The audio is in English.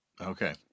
Okay